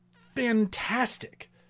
fantastic